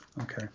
Okay